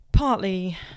partly